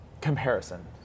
comparison